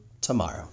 tomorrow